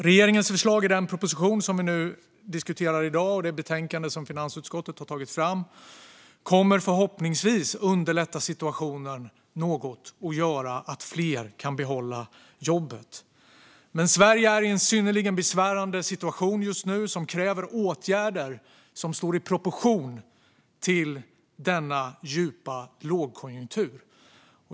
Regeringens förslag i den proposition vi diskuterar i dag och det betänkande som finansutskottet har tagit fram kommer förhoppningsvis att underlätta situationen något och göra att fler kan behålla jobbet. Men Sverige är i en synnerligen besvärande situation just nu, som kräver åtgärder som står i proportion till denna djupa lågkonjunktur.